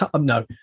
no